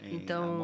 Então